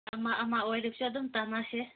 ꯑꯃ ꯑꯃ ꯑꯣꯏꯔꯁꯨ ꯑꯗꯨꯝ ꯇꯥꯟꯅꯁꯦ